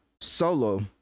solo